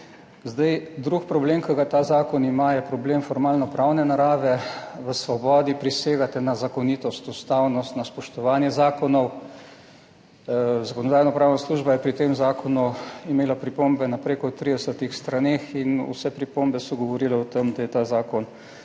Drug problem, ki ga ta zakon ima, je problem formalnopravne narave. V Svobodi prisegate na zakonitost, ustavnost, na spoštovanje zakonov. Zakonodajno-pravna služba je pri tem zakonu imela pripombe na preko 30. straneh in vse pripombe so govorile o tem, da je ta zakon v